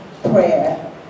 prayer